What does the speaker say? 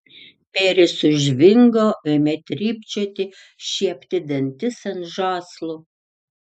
bėris sužvingo ėmė trypčioti šiepti dantis ant žąslų